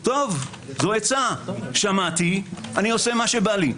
זו עצה, שמעתי, ואני עושה מה שבא לי.